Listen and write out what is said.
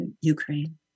Ukraine